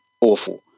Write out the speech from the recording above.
awful